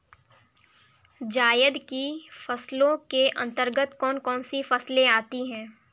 जायद की फसलों के अंतर्गत कौन कौन सी फसलें आती हैं?